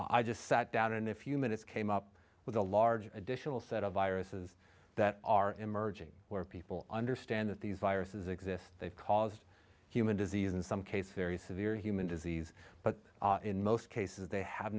i just sat down and a few minutes came up with a large additional set of viruses that are emerging where people understand that these viruses exist they've caused human disease in some cases there is severe human disease but in most cases